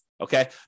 Okay